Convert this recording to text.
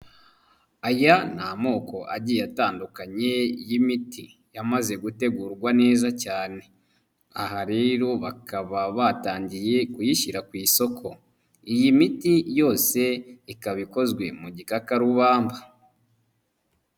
Aya ni amoko agiye atandukanye y'imiti, yamaze gutegurwa neza cyane. Aha rero bakaba batangiye kuyishyira ku isoko. Iyi miti yose ikaba ikozwe mu gikakarubamba.